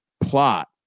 plot